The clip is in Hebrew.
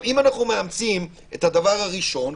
אם אנחנו מאמצים את הדבר הראשון,